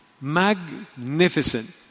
magnificent